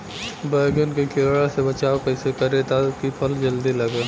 बैंगन के कीड़ा से बचाव कैसे करे ता की फल जल्दी लगे?